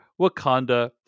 wakanda